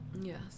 Yes